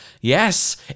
Yes